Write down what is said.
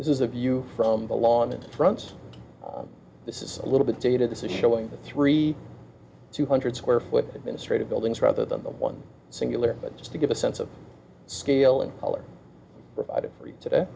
this is the view from the lawn in front this is a little bit dated this is showing the three two hundred square foot in straight of buildings rather than the one singular but just to give a sense of scale and color provided for you today